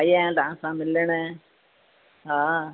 आई आहियां तव्हां सां मिलणु हा